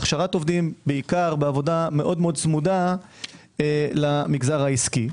הכשרת עובדים בעיקר בעבודה מאוד צמודה למגזר העסקי.